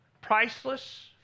priceless